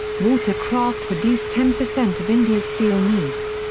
water-craft produce ten percent of india's steel needs.